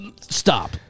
Stop